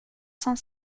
cent